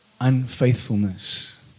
Unfaithfulness